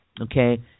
okay